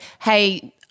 hey